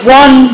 one